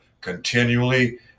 continually